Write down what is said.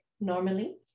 normally